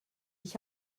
ich